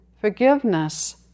forgiveness